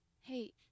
Hey